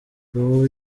babo